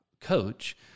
coach